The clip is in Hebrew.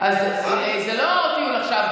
זה מה שהיית צריכה לעשות,